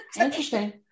Interesting